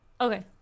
Okay